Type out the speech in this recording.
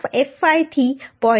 4fy થી 0